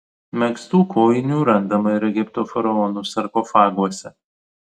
megztų kojinių randama ir egipto faraonų sarkofaguose